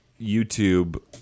YouTube